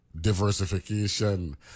diversification